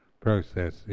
process